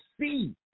see